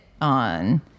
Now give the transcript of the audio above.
on